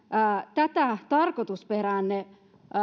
tätä tarkoitusperäänne